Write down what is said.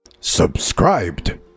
Subscribed